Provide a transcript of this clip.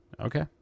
Okay